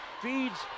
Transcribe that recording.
feeds